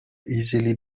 easily